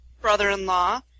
brother-in-law